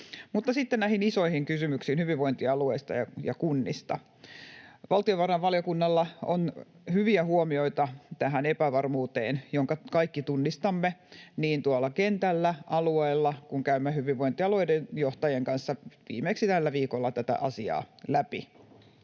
paikka. Sitten näihin isoihin kysymyksiin hyvinvointialueista ja kunnista: Valtiovarainvaliokunnalla on hyviä huomioita tähän epävarmuuteen, jonka kaikki tunnistamme tuolla kentällä, alueilla, kun käymme hyvinvointialueiden johtajien kanssa tätä asiaa läpi,